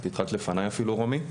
רומי,